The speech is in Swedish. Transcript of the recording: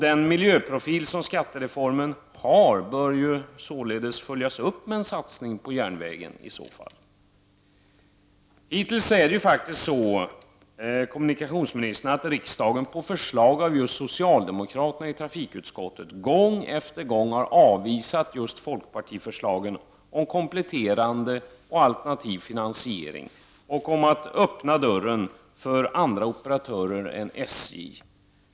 Den miljöprofil som skattereformen har bör således följas upp med en satsning på järnvägen. Hittills har det varit så, kommunikationsministern, att riksdagen på förslag av socialdemokraterna i trafikutskottet gång efter gång har avvisat förslagen från folkpartiet om en kompletterande och alternativ finansiering och om att öppna dörren för andra operatörer än SJ.